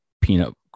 peanut